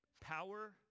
power